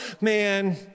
man